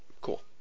Cool